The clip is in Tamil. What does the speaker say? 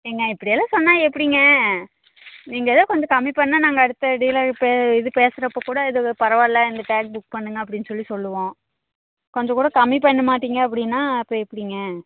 ஏங்க இப்படியெல்லாம் சொன்னால் எப்படிங்க நீங்கள் ஏதாவது கொஞ்சம் கம்மி பண்ணிணா நாங்கள் அடுத்த டீலர் பே இது பேசுறப்போது கூட இதது பரவால்லை இந்த கேப் புக் பண்ணுங்க அப்பிடின்னு சொல்லி சொல்லுவோம் கொஞ்சம் கூட கம்மி பண்ண மாட்டிங்க அப்பிடின்னா அப்போ எப்படிங்க